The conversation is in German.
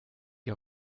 die